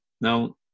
Now